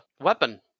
weapon